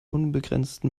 unbegrenzten